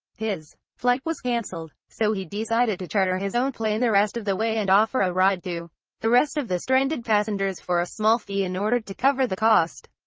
his flight was cancelled, so he decided to charter his own plane the rest of the way and offer a ride to the rest of the stranded passengers for a small fee in order to cover the cost.